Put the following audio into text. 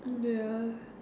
ya